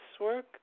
work